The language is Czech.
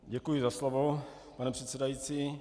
Děkuji za slovo, pane předsedající.